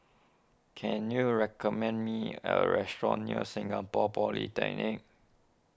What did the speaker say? can you recommend me a restaurant near Singapore Polytechnic